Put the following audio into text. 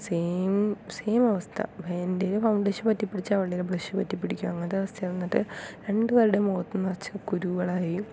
same same അവസ്ഥ എൻ്റെതിൽ foundation പറ്റിപ്പിടിച്ച് അവളുടെതിൽ ബ്ലഷ് പറ്റിപ്പിടിക്കും അങ്ങനത്തെ അവസ്ഥ എന്നിട്ട് രണ്ടുപേരുടെയും മുഖത്ത് നിറച്ച് കുരുക്കളായി